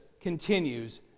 continues